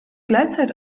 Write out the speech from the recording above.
gleitzeit